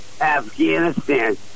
Afghanistan